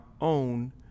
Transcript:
own